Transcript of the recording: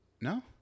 No